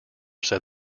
said